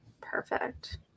Perfect